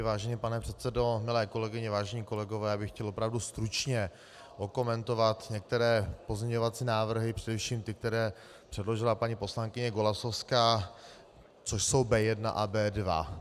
Vážený pane předsedo, milé kolegyně, vážení kolegové, chtěl bych opravdu stručně okomentovat některé pozměňovací návrhy, především ty, které předložila paní poslankyně Golasowská, což jsou B1 a B2.